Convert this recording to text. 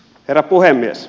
herra puhemies